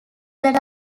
that